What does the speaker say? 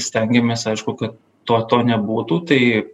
stengiamės aišku kad to to nebūtų tai